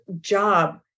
job